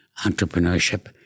entrepreneurship